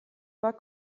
war